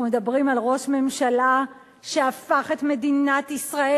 אנחנו מדברים על ראש ממשלה שהפך את מדינת ישראל